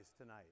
tonight